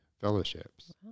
fellowships